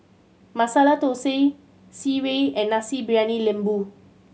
Masala Thosai Sireh and Nasi Briyani Lembu